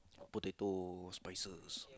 potato spices